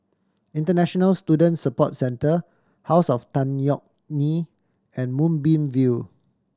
International Student Support Centre House of Tan Yeok Nee and Moonbeam View